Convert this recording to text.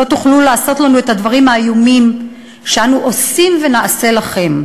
לא תוכלו לעשות לנו את הדברים האיומים שאנו עושים ונעשה לכם.